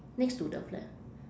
next to the flat